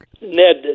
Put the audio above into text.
Ned